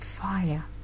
fire